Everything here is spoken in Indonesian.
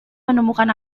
menemukan